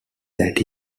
that